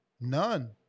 None